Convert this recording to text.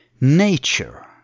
Nature